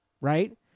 right